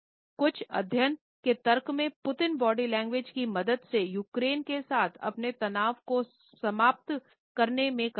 कुछ अध्ययन के तर्क में पुतिन बॉडी लैंग्वेज की मदद से यूक्रेन के साथ अपने तनाव को समाप्त करने में करते हैं